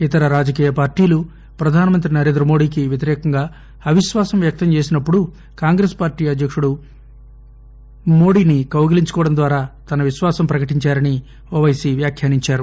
ఇతర రాజకీయ పార్టీలు ప్రధానమంత్రి నరేంద్రమోదీకి వ్యతిరేకంగా అవిశ్వాసం వ్యక్తం చేసినప్పుడు కాంగ్రెస్ పార్టీ అధ్యకుడు మోదీని కౌగిలించుకోవడం ద్వారా తన విశ్వాసం ప్రకటించారని ఓవైసీ వ్యాఖ్యానించారు